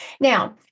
Now